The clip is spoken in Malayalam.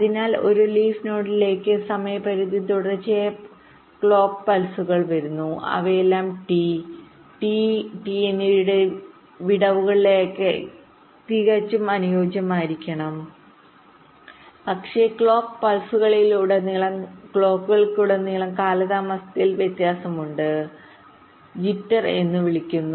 അതിനാൽ ഒരേ ലീഫ് നോഡിനുള്ളസമയപരിധി തുടർച്ചയായ ക്ലോക്ക് പൾസുകൾ വരുന്നു അവയെല്ലാം ടി ടി ടി ടി എന്നിവയുടെ വിടവുകളുമായി തികച്ചും അനുയോജ്യമായിരിക്കണം പക്ഷേ ക്ലോക്ക് പൾസുകളിലുടനീളം ക്ലോക്കുകളിലുടനീളം കാലതാമസത്തിൽ വ്യത്യാസമുണ്ട് നടുക്കം എന്ന് വിളിക്കുന്നു